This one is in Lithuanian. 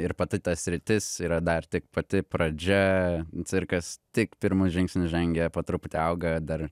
ir pati ta sritis yra dar tik pati pradžia cirkas tik pirmus žingsnius žengia po truputį auga dar